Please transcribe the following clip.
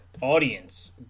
audience